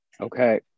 Okay